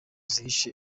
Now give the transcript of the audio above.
zihishe